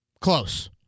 Close